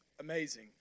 amazing